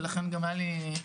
ולכן גם היה לי,